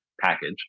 package